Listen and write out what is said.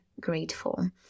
grateful